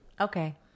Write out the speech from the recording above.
Okay